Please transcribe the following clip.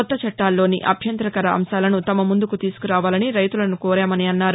కొత్త చట్టాల్లోని అభ్యంతరకర అంశాలను తమ ముందుకు తీసుకురావాలని రైతులను కోరామన్నారు